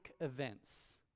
events